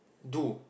do